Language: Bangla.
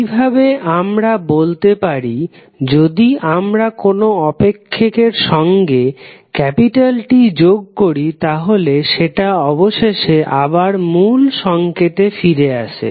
এইভাবে আমরা বলতে পারি যদি আমরা কোনো অপেক্ষকের সঙ্গে T যোগ করি তাহলে সেটা অবশেষে আবার মূল সংকেতে ফিরে আসে